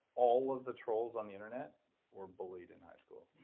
all of the trolls on the internet were bullied in high school.